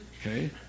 Okay